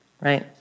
right